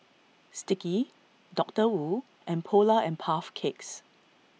Sticky Doctor Wu and Polar and Puff Cakes